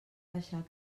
baixar